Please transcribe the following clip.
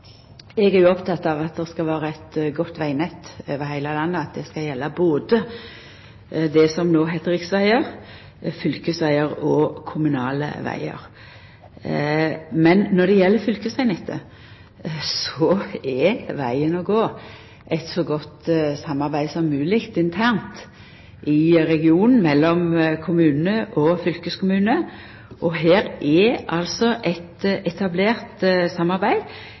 Eg er oppteken av at det skal vera eit godt vegnett over heile landet, og at det skal gjelda både det som no heiter riksvegar, fylkesvegar og kommunale vegar. Men når det gjeld fylkesvegnettet, er vegen å gå å få til eit så godt samarbeid som mogleg internt i regionen mellom kommune og fylkeskommune. Det er altså her eit etablert samarbeid